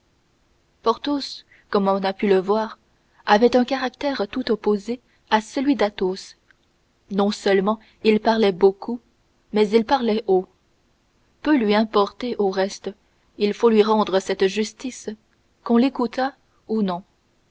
peu porthos comme on a pu le voir avait un caractère tout opposé à celui d'athos non seulement il parlait beaucoup mais il parlait haut peu lui importait au reste il faut lui rendre cette justice qu'on l'écoutât ou non